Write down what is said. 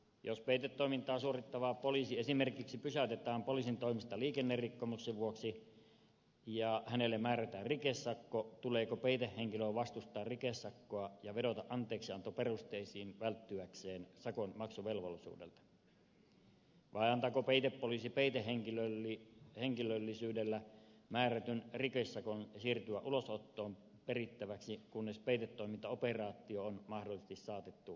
jos peitetoimintaa suorittava poliisi esimerkiksi pysäytetään poliisin toimesta liikennerikkomuksen vuoksi ja hänelle määrätään rikesakko tuleeko peitehenkilön vastustaa rikesakkoa ja vedota anteeksiantoperusteisiin välttyäkseen sakon maksuvelvollisuudelta vai antaako peitepoliisi peitehenkilöllisyydellä määrätyn rikesakon siirtyä ulosottoon perittäväksi kunnes peitetoimintaoperaatio on mahdollisesti saatettu kokonaisuudessaan loppuun